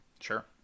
Sure